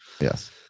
Yes